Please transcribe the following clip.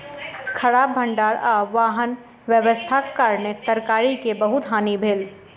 खराब भण्डार आ वाहन व्यवस्थाक कारणेँ तरकारी के बहुत हानि भेल